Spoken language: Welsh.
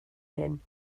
hyn